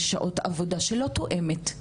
יש שעות עבודה שלא תואמות.